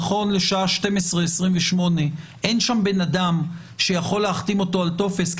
נכון לשעה 12:28 אין שם בן אדם שיכול להחתים אותו על טופס,